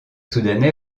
soudanais